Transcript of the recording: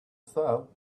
style